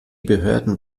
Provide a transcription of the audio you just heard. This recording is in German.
behörden